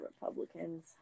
Republicans